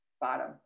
Bottom